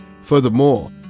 Furthermore